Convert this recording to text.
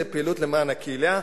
לפעילות למען הקהילה,